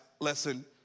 lesson